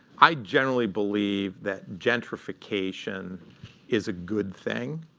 i generally believe that gentrification is a good thing.